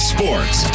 Sports